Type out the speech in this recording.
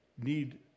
need